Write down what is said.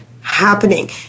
happening